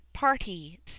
party